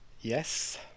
Yes